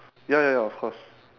ya ya ya of course